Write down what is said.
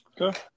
Okay